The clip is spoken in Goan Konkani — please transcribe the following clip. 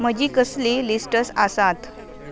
म्हजी कसली लिस्ट्स आसात